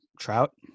trout